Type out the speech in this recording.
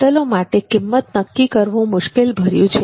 હોટલો માટે કિંમત નક્કી કરવું મુશ્કેલ ભર્યું છે